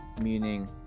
meaning